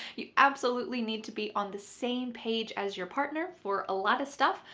you absolutely need to be on the same page as your partner for a lot of stuff,